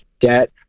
debt